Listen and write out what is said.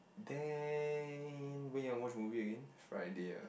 then when you all watch movie again Friday ah